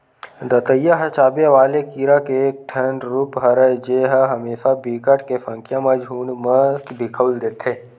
दतइया ह चाबे वाले कीरा के एक ठन रुप हरय जेहा हमेसा बिकट के संख्या म झुंठ म दिखउल देथे